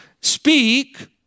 speak